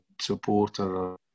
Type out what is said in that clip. supporter